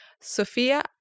Sophia